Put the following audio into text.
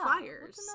fires